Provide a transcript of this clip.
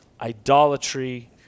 idolatry